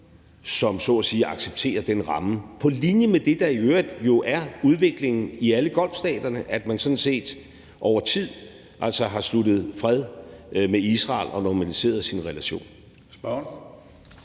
som så at sige accepterer den ramme på linje med det, der i øvrigt jo er udviklingen i alle Golfstaterne, nemlig at man sådan set over tid altså har sluttet fred med Israel og normaliseret sin relation.